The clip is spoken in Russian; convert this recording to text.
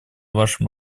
вашим